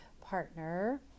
partner